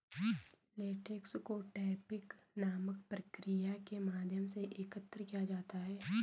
latex को tapping नामक प्रक्रिया के माध्यम से एकत्र किया जाता है